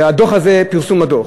הדוח הזה, פרסום הדוח,